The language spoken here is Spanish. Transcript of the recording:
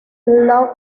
love